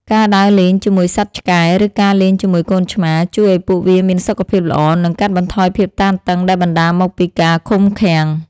ការដើរលេងជាមួយសត្វឆ្កែ ឬការលេងជាមួយកូនឆ្មា ជួយឱ្យពួកវាមានសុខភាពល្អ និងកាត់បន្ថយភាពតានតឹងដែលបណ្ដាលមកពីការឃុំឃាំង។